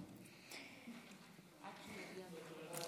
בטח.